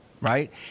right